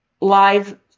live